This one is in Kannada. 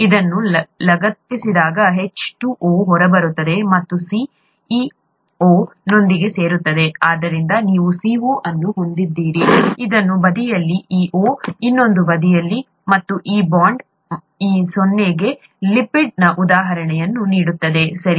ಇದನ್ನು ಲಗತ್ತಿಸಿದಾಗ H2O ಹೊರಬರುತ್ತದೆ ಮತ್ತು C ಈ O ನೊಂದಿಗೆ ಸೇರುತ್ತದೆ ಆದ್ದರಿಂದ ನೀವು CO ಅನ್ನು ಹೊಂದಿದ್ದೀರಿ ಇನ್ನೊಂದು ಬದಿಯಲ್ಲಿ ಈ O ಇನ್ನೊಂದು ಬದಿಯಲ್ಲಿ ಮತ್ತು ಈ ಬಾಂಡ್ ಈ O ಗೆ ಲಿಪಿಡ್ನ ಉದಾಹರಣೆಯನ್ನು ನೀಡುತ್ತದೆ ಸರಿ